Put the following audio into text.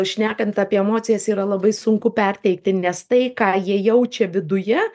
šnekant apie emocijas yra labai sunku perteikti nes tai ką jie jaučia viduje